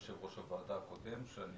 היושב-ראש הקודם, שאני